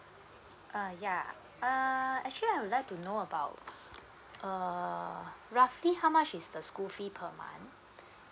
uh ya uh actually I would like to know about uh roughly how much is the school fee per month